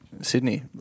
Sydney